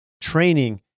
training